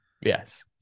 yes